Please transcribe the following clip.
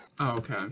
okay